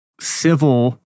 civil